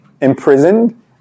imprisoned